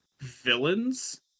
villains